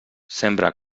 sembra